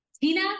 Tina